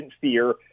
fear